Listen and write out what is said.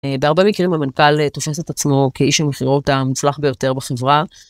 בהרבה מקרים, המנכ״ל תופס את עצמו כאיש המכירות המוצלח ביותר בחברה.